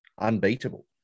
unbeatable